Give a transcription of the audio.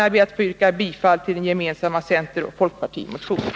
Jag ber att få yrka bifall till den gemensamma centeroch folkpartimotionen.